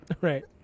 right